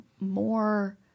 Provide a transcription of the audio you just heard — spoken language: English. more